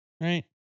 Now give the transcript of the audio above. right